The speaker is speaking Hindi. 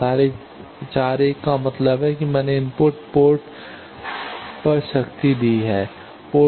S41 का मतलब है कि मैंने इनपुट पोर्ट पर शक्ति दी है